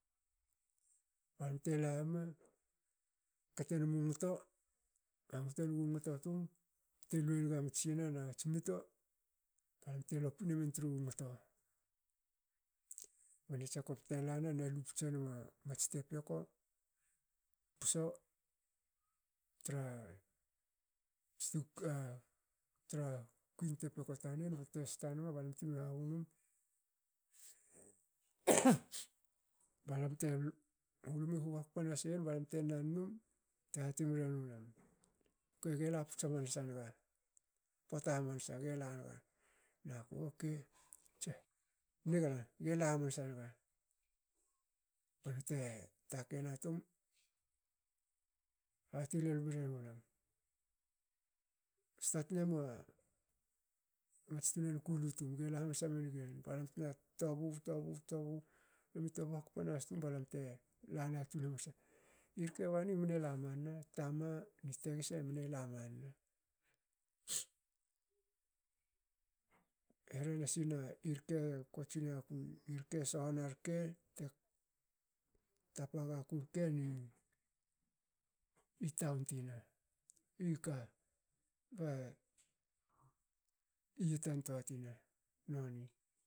Balam telame ktenmu ngto hangtenmu ngto tum bte luenga matsi yana na matsi mito balam te lopi nemen tru ngto. Nonie jecop te lana nalu puts enma mats topioko. pso tra kuin tepeko tanen bte sta nama balam tme hahunum balam te lamu huhu hakpa nasiyen balam te nan num bte hati mi regu len- age laputs hamansa naga pota hamansa gela naga. naku okei nigna gela hamansa naga bte takei na tum hate lol megen sta tnemua mats tunan kulu tum gela hamansa wengi han balam tna tobu tobu tobu. lamu tobu hakpa nahas tum balam te lala tun hamansa. irke bani mne lamanna tama ni tegese mne lamanna e rhensina i rke kotsi naku irke sohna rke ni taun tina ika bi ietan toa tina noni